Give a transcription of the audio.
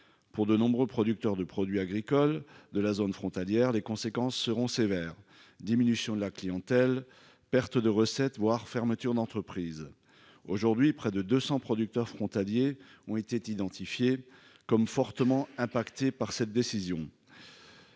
Pour de nombreux producteurs de produits agricoles de la zone frontalière, les conséquences seraient sévères : diminution de la clientèle, perte de recettes, voire fermetures d'entreprises. Actuellement, près de 200 producteurs frontaliers ont été identifiés comme fortement affectés par cette décision.